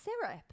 syrup